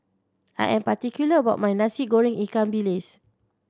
I am particular about my Nasi Goreng ikan bilis